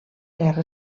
guerra